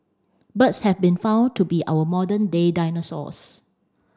birds have been found to be our modern day dinosaurs